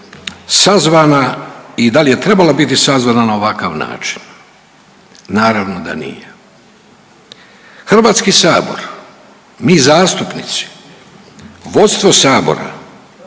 sjednica i da li je trebala biti sazvana na ovakav način? Naravno da nije. HS, mi zastupnici, vodstvo Sabora